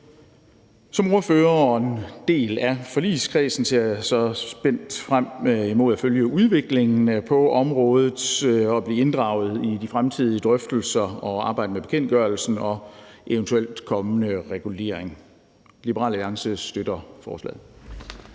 Som ordfører og en del af forligskredsen ser jeg spændt frem mod at følge udviklingen på området og at blive inddraget i de fremtidige drøftelser og arbejdet med bekendtgørelsen og eventuelt kommende regulering. Liberal Alliance støtter forslaget.